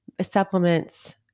supplements